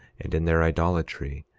and in their idolatry,